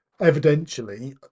evidentially